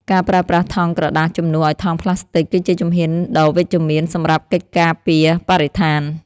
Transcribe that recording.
ការប្រើប្រាស់ថង់ក្រដាសជំនួសឱ្យថង់ផ្លាស្ទិក គឺជាជំហានដ៏វិជ្ជមានសម្រាប់កិច្ចការពារបរិស្ថាន។